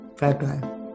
bye-bye